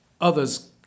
Others